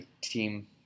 team